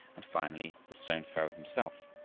and finally the stone-thrower himself.